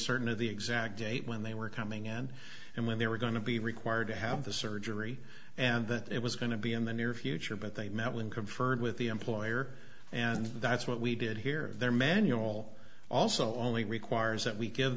certain of the exact date when they were coming in and when they were going to be required to have the surgery and that it was going to be in the near future but they met when conferred with the employer and that's what we did here their manual also only requires that we give